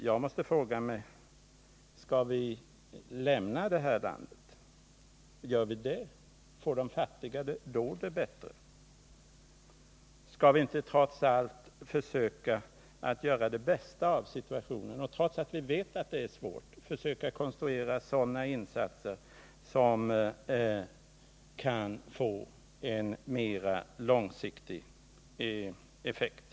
Jag måste fråga: Om vi lämnar det landet, får de fattiga det bättre då? Skall vi inte trots allt försöka göra det bästa av situationen och, även om vi vet att det är svårt, försöka konstruera sådana insatser som kan få en mera långsiktig effekt?